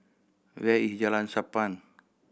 where is Jalan Sappan